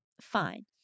Fine